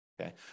Okay